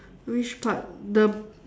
which part the